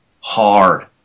hard